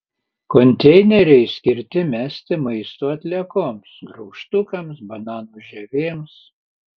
konteineriai skirti mesti maisto atliekoms graužtukams bananų žievėms